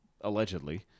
Allegedly